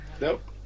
nope